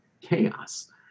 chaos